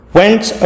went